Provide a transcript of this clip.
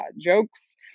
jokes